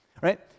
right